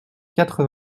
quatre